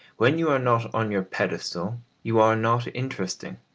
when you are not on your pedestal you are not interesting